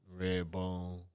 Redbone